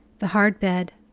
the hard bed,